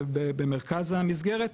זה במרכז המסגרת,